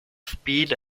speed